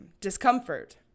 discomfort